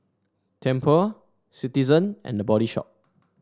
Tempur Citizen and The Body Shop